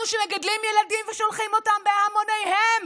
אנחנו, שמגדלים ילדים ושולחים אותם בהמוניהם